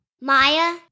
Maya